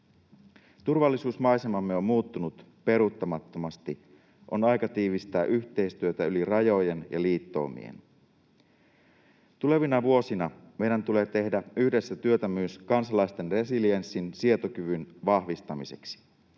Turvallisuusmaisemamme on muuttunut peruuttamattomasti. On aika tiivistää yhteistyötä yli rajojen ja liittoumien. Tulevina vuosina meidän tulee tehdä yhdessä työtä myös kansalaisten resilienssin, sietokyvyn, vahvistamiseksi.